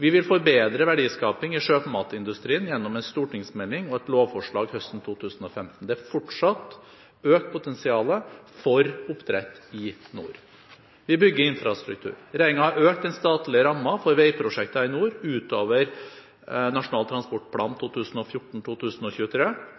Vi vil forbedre verdiskaping i sjømatindustrien gjennom en stortingsmelding og et lovforslag høsten 2015. Det er fortsatt økt potensial for oppdrett i nord. Vi bygger infrastruktur. Regjeringen har økt den statlige rammen for veiprosjekter i nord ut over Nasjonal transportplan